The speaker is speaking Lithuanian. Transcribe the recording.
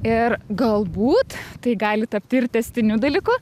ir galbūt tai gali tapti ir tęstiniu dalyku